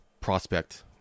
prospect